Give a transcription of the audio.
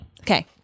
Okay